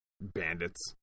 bandits